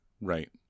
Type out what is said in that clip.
Right